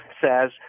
says